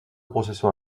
processions